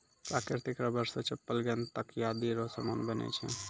प्राकृतिक रबर से चप्पल गेंद तकयादी रो समान बनै छै